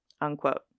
unquote